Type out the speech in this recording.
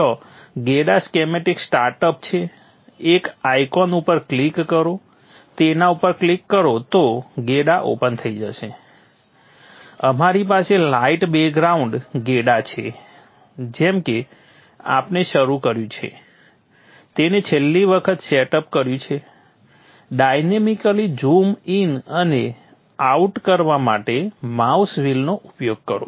ત્યાં gEDA schematic start up છે એક આઇકોન ઉપર ક્લિક કરો તેના ઉપર ક્લિક કરો તો gEDA ઓપન થઈ જશે અમારી પાસે લાઇટ બેકગ્રાઉન્ડ gEDA છે જેમ કે આપણે શરૂ કર્યું છે તેને છેલ્લી વખત સેટ અપ કર્યું છે ડાયનેમિકલી ઝૂમ ઇન અને આઉટ કરવા માટે માઉસ વ્હીલનો ઉપયોગ કરો